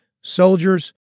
soldiers